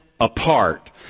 apart